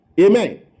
Amen